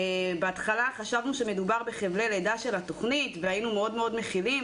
בהתחלה חשבנו שמדובר בחבלי לידה של התכנית והיינו מאוד מכילים.